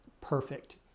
perfect